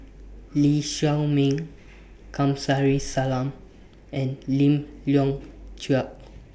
Lee Chiaw Meng Kamsari Salam and Lim Leong Geok